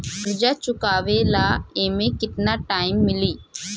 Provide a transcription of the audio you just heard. कर्जा चुकावे ला एमे केतना टाइम मिली?